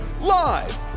live